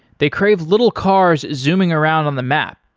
they crave little cars zooming around on the map.